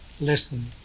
Listen